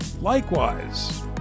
Likewise